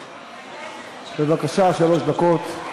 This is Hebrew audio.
בבקשה, שלוש דקות.